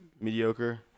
mediocre